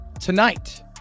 Tonight